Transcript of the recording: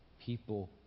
people